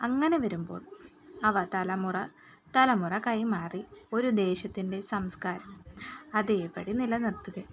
അങ്ങനെ വരുമ്പോൾ അവ തലമുറ തലമുറ കൈമാറി ഒരു ദേശത്തിൻ്റെ സംസ്കാരം അതേപടി നിലനിർത്തുകയും